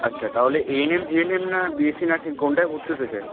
আচ্ছা তাহলে A N M G N M না বি এস সি নার্সিং কোনটায় ভর্তি হতে চায়